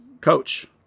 coach